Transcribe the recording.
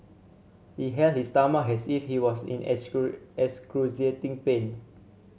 he held his stomach has if he was in excruciating pain